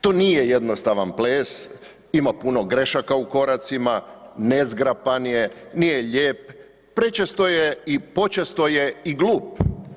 To nije jednostavan ples, ima puno grešaka u koracima, nezgrapan je, nije lijep, prečesto je i počesto je i glup.